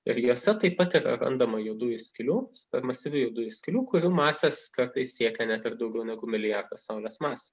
ir juose taip pat randama juodųjų skylių super masyvių juodųjų skylių kurių masės kartais siekia net ir daugiau negu milijardą saulės masių